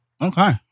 Okay